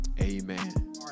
amen